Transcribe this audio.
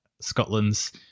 Scotland's